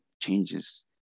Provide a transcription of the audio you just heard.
changes